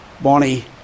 Bonnie